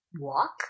walk